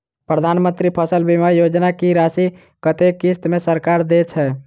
प्रधानमंत्री फसल बीमा योजना की राशि कत्ते किस्त मे सरकार देय छै?